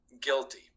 guilty